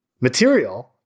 material